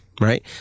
right